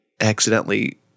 accidentally